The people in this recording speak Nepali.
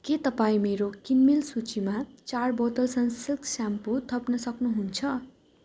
के तपाईँ मेरो किनमेल सूचीमा चार बोतल सनसिल्क स्याम्पू थप्न सक्नुहुन्छ